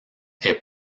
est